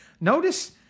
Notice